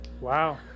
Wow